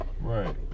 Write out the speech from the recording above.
right